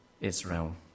Israel